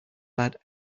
bad